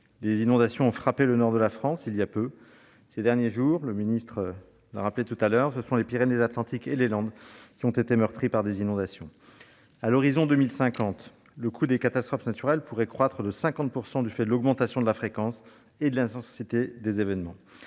Les inondations ont frappé le nord de la France il y a peu. Ces derniers jours, M. le ministre l'a rappelé, ce sont les Pyrénées-Atlantiques et les Landes qui ont été meurtries par des inondations. À l'horizon de 2050, le coût des catastrophes naturelles pourrait croître de 50 % du fait de l'augmentation de la fréquence et de l'intensité des événements,